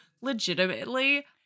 legitimately